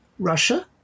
Russia